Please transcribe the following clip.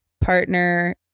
partner